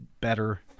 better